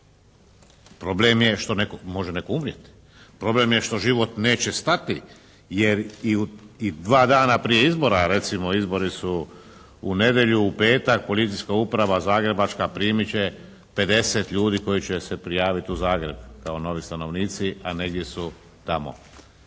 Problem je što život neće stati, jer i dva dana prije izbora recimo izbori su u nedjelju, u petak Policijska uprava Zagrebačka primit će 50 ljudi koji će se prijaviti u Zagreb kao novi stanovnici, a negdje su tamo.